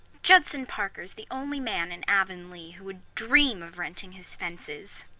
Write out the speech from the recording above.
judson parker is the only man in avonlea who would dream of renting his fences,